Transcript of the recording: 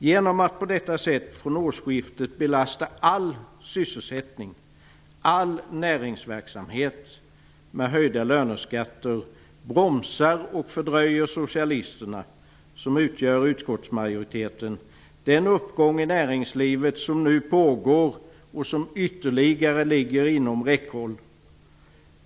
Genom att på detta sätt från årsskiftet belasta all sysselsättning, all näringsverksamhet med höjda löneskatter bromsar och fördröjer socialisterna, som utgör utskottsmajoriteten, den uppgång i näringslivet som nu pågår och som ytterligare ligger inom räckhåll.